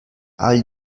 all